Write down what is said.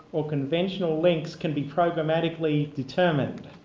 or conventional links can be programmatically determined.